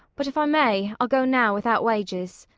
but if i may i'll go now without wages.